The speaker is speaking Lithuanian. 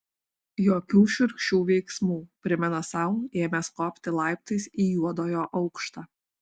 jokių šiurkščių veiksmų primena sau ėmęs kopti laiptais į juodojo aukštą